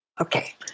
Okay